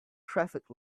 traffic